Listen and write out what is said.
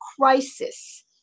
crisis